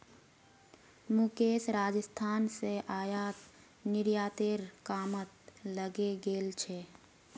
मुकेश राजस्थान स आयात निर्यातेर कामत लगे गेल छ